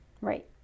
Right